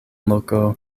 loko